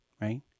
right